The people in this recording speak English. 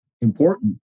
important